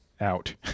out